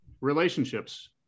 Relationships